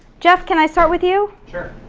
jeff, can i start with you? sure,